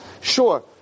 Sure